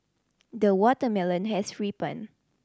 the watermelon has ripened